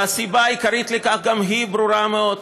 והסיבה העיקרית לכך גם היא ברורה מאוד: